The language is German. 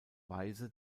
weise